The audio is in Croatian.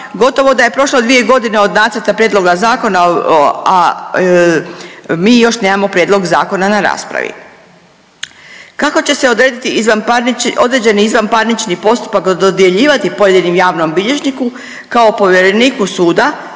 gotovo da je prošlo 2 godine od nacrta prijedloga zakona, a mi još nemamo prijedlog zakona na raspravi. Kako će se odrediti izvan, određeni izvanparnični postupak dodjeljivati pojedinom javnom bilježniku kao povjereniku suda